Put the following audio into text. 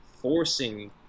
forcing